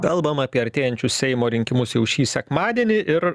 kalbam apie artėjančius seimo rinkimus jau šį sekmadienį ir